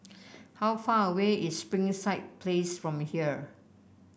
how far away is Springside Place from here